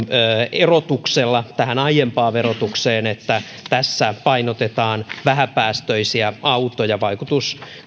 erotuksella aiempaan verotukseen että tässä painotetaan vähäpäästöisiä autoja vaikutus